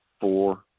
four